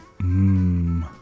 Mmm